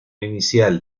inicial